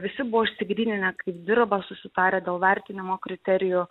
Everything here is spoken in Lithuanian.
visi buvo išsigryninę kaip dirba susitarę dėl vertinimo kriterijų